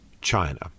China